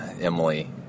Emily